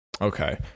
okay